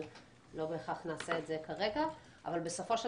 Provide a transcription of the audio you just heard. אבל לא נעשה את זה כרגע אבל בסופו של